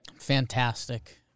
Fantastic